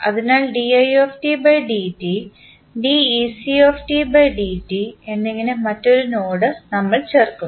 അതിനാൽ എന്നിങ്ങനെ മറ്റൊരു നോഡ് നമ്മൾ ചേർക്കുന്നു